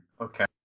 Okay